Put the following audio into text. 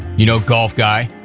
you know golf guy.